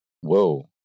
whoa